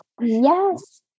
Yes